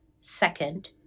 Second